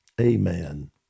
Amen